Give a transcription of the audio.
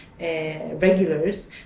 regulars